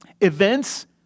Events